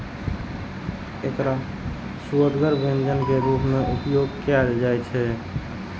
एकरा सुअदगर व्यंजन के रूप मे उपयोग कैल जाइ छै